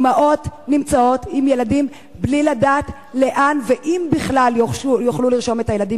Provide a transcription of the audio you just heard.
אמהות נמצאות עם הילדים שלהן בלי לדעת לאן ואם בכלל יוכלו לרשום אותם.